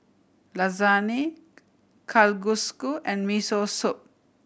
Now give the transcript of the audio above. Lasagne Kalguksu and Miso Soup